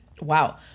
Wow